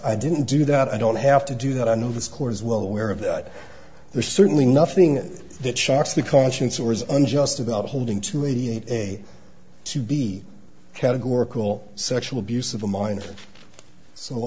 i didn't do that i don't have to do that i know the score is well aware of that there's certainly nothing that shocks the conscience or is unjust about holding to a to be categorical sexual abuse of a min